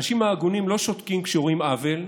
האנשים ההגונים לא שותקים כשרואים עוול,